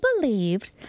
believed